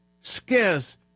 scares